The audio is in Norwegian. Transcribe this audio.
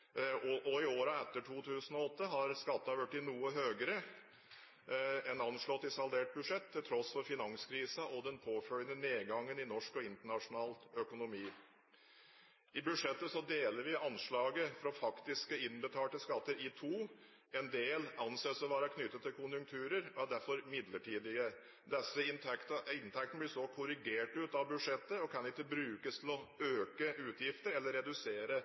i årene etter 2008 har skattene blitt noe høyere enn anslått i saldert budsjett, til tross for finanskrisen og den påfølgende nedgangen i norsk og internasjonal økonomi. I budsjettet deler vi anslaget for faktisk innbetalte skatter i to. En del av inntektene anses å være knyttet til konjunkturer og er derfor midlertidige. Disse inntektene blir så «korrigert ut» av budsjettet og kan ikke brukes til å øke utgifter eller redusere